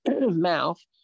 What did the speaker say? mouth